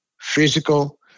physical